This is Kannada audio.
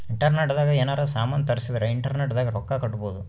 ಇಂಟರ್ನೆಟ್ ದಾಗ ಯೆನಾರ ಸಾಮನ್ ತರ್ಸಿದರ ಇಂಟರ್ನೆಟ್ ದಾಗೆ ರೊಕ್ಕ ಕಟ್ಬೋದು